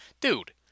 dude